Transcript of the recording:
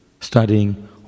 studying